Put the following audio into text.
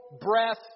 breath